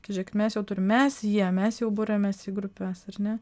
tai žiūrėkit mes jau turim mes jie mes jau buriamės į grupes ar ne